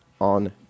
on